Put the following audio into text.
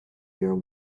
your